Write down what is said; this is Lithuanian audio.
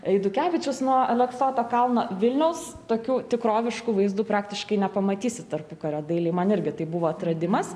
eidukevičius nuo aleksoto kalno vilniaus tokių tikroviškų vaizdų praktiškai nepamatysi tarpukario dailėj man irgi tai buvo atradimas